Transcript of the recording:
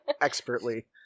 expertly